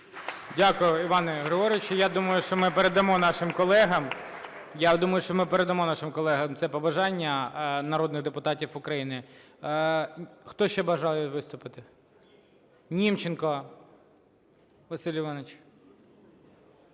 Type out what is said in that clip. нашим колегам, я думаю, що ми передамо нашим колегам це побажання народних депутатів України. Хто ще бажає виступити? Німченко Василь Іванович.